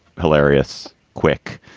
hilarious. quick.